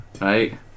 right